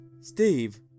Steve